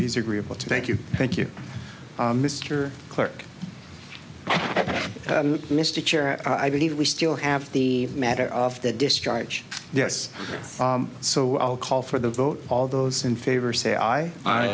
he's agreeable to thank you thank you mr clerk at mystic i believe we still have the matter of the discharge yes so i'll call for the vote all those in favor say aye aye